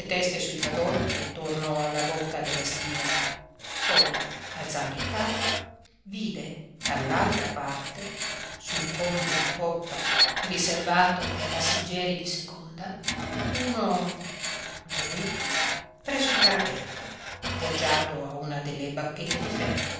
sui fagotti attorno alla bocca della stiva poi alzando il capo vide dall'altra parte sul ponte di poppa riservato ai passeggeri di seconda uno lui presso il parapetto appoggiato a una delle bacchette di ferro